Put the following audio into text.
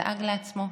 דאג לעצמו,